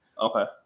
Okay